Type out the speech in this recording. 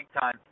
time